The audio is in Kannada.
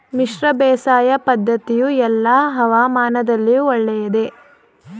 ಮಿಶ್ರ ಬೇಸಾಯ ಪದ್ದತಿಯು ಎಲ್ಲಾ ಹವಾಮಾನದಲ್ಲಿಯೂ ಒಳ್ಳೆಯದೇ?